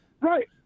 Right